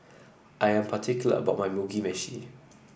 I am particular about my Mugi Meshi